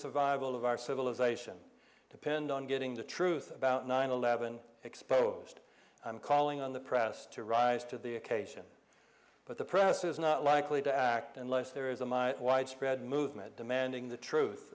survival of our civilization depend on getting the truth about nine eleven exposed i'm calling on the press to rise to the occasion but the press is not likely to act unless there is a minor widespread movement demanding the truth